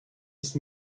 ist